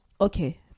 Okay